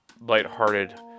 lighthearted